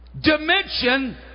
dimension